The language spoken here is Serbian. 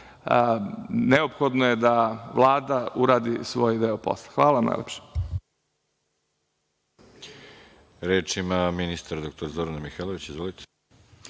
Neophodno je da Vlada uradi svoj deo posla. Hvala vam najlepše.